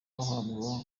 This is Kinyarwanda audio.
uhabwa